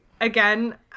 again